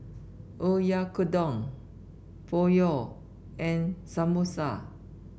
Oyakodon Pho and Samosa